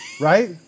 Right